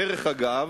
דרך אגב,